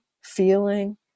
feeling